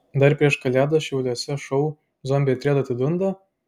dar prieš kalėdas šiauliuose šou zombiai atrieda atidunda